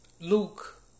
Luke